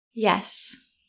yes